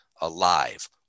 alive